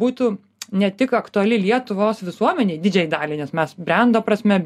būtų ne tik aktuali lietuvos visuomenei didžiajai daliai nes mes brendo prasme